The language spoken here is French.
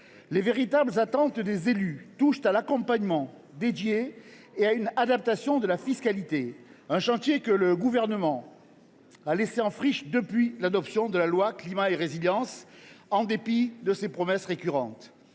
Les élus attendent un accompagnement spécifique et une adaptation de la fiscalité, chantiers que le Gouvernement a laissés en friche depuis l’adoption de la loi Climat et Résilience, en dépit de ses promesses récurrentes.